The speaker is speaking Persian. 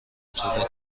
طول